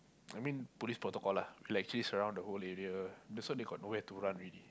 I mean police protocol lah we will actually surround the whole area so they got nowhere to run already